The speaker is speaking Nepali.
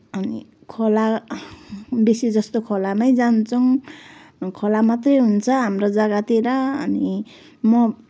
अनि खोला बेसी जस्तो खोलामै जान्छौँ खोलामात्रै हुन्छ हाम्रो जग्गातिर अनि म